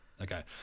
Okay